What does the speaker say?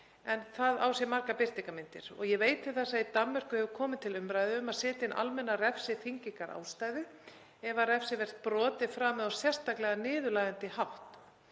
en það á sér margar birtingarmyndir. Ég veit til þess að í Danmörku hefur komið til umræðu að setja inn almenna refsiþyngingarástæðu ef refsivert brot er framið á sérstaklega niðurlægjandi hátt.